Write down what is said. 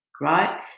right